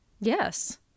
Yes